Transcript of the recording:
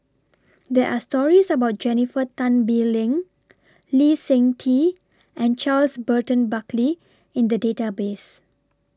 There Are stories about Jennifer Tan Bee Leng Lee Seng Tee and Charles Burton Buckley in The Database